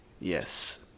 Yes